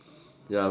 ya